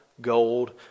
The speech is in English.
gold